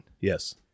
yes